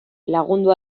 lagundu